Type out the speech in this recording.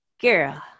Girl